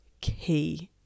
key